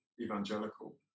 evangelical